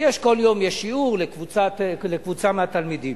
יש כל יום שיעור לקבוצה מהתלמידים.